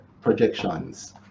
projections